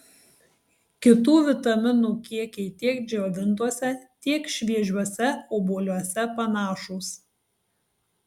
kitų vitaminų kiekiai tiek džiovintuose tiek šviežiuose obuoliuose panašūs